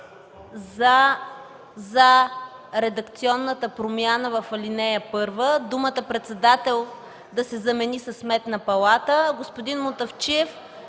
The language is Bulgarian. за редакционната промяна в ал. 1 – думата „председател” да се замени със „Сметна палата”. Господин Мутафчиев,